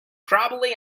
probably